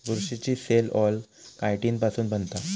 बुरशीची cell wall chitin पासुन बनता